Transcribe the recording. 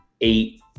eight